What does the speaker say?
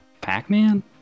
Pac-Man